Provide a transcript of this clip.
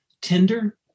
tender